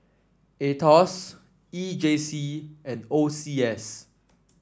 Aetos E J C and O C S